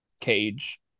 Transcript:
cage